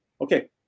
Okay